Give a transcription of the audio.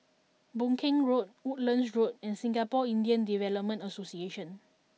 Boon Keng Road Woodlands Road and Singapore Indian Development Association